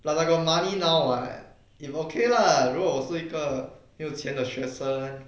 but I got money now [what] it's okay lah 如果我是一个没有钱的学生